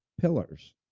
pillars